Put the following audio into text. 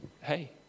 hey